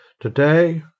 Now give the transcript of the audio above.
Today